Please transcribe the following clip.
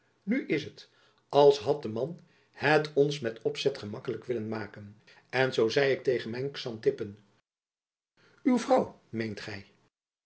nu is het als had de man het ons met opzet gemakkelijk willen maken en zoo zei ik tegen mijn xantippe jacob van lennep elizabeth musch uw vrouw meent